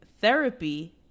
Therapy